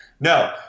No